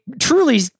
truly